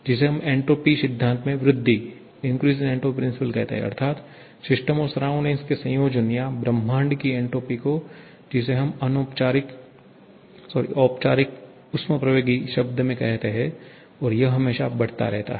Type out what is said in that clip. जिसे हम एन्ट्रापी सिद्धांत में वृद्धि कहते हैं अर्थात सिस्टम और सराउंडिंग के संयोजन या ब्रह्माण्ड की एंट्रोपी को जिसे हम औपचारिक ऊष्मप्रवैगिकी शब्द में कहते हैं और यह हमेशा बढ़ता रहता है